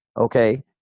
okay